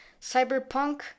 Cyberpunk